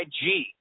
IG